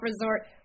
resort